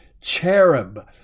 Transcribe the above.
cherub